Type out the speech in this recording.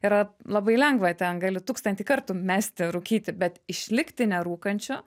yra labai lengva ten gali tūkstantį kartų mesti rūkyti bet išlikti nerūkančiu